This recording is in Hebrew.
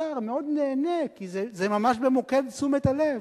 והשר מאוד נהנה, כי זה ממש במוקד תשומת הלב.